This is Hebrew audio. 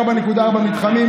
4.4 מתחמים,